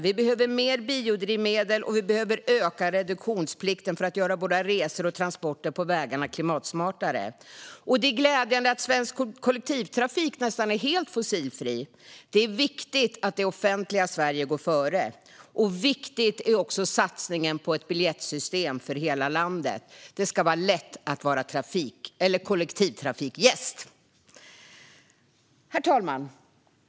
Vi behöver mer biodrivmedel, och vi behöver öka reduktionsplikten för att göra våra resor och transporter på vägarna klimatsmartare. Det är glädjande att svensk kollektivtrafik nästan är helt fossilfri. Det är viktigt att det offentliga Sverige går före. Viktig är också satsningen på ett biljettsystem för hela landet. Det ska vara lätt att vara kollektivtrafikgäst. Herr talman!